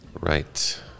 Right